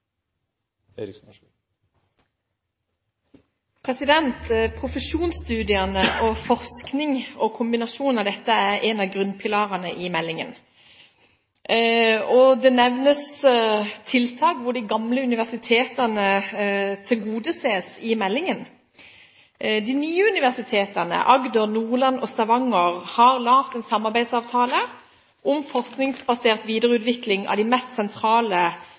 en av grunnpilarene i meldingen. Det nevnes i meldingen tiltak hvor de gamle universitetene tilgodeses. De nye universitetene, i Agder, i Nordland og i Stavanger, har laget en samarbeidsavtale om forskningsbasert videreutvikling av de mest sentrale